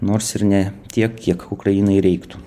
nors ir ne tiek kiek ukrainai reiktų